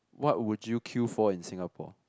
what would you queue for in Singapore